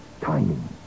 Timing